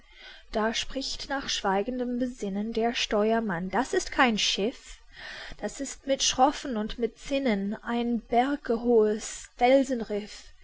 da spricht nach schweigendem besinnen der steuermann das ist kein schiff das ist mit schroffen und mit zinnen ein bergehohes